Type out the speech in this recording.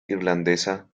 irlandesa